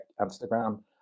Instagram